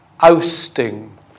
ousting